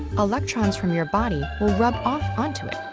electrons from your body will rub off onto it,